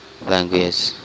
language